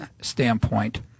standpoint